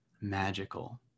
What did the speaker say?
magical